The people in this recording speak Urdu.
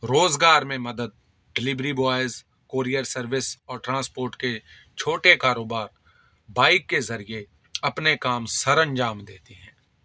روزگار میں مدد ڈلیوری بوائز کورئر سروس اور ٹرانسپورٹ کے چھوٹے کاروبار بائک کے ذریعے اپنے کام سر انجام دیتی ہیں